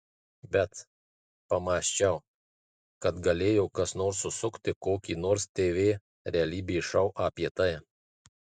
bet pamąsčiau kad galėjo kas nors susukti kokį nors tv realybės šou apie tai